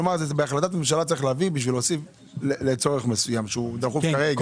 צריך להביא בהחלטת ממשלה בשביל להוסיף לצורך מסוים שהוא דחוף כרגע?